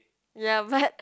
ya but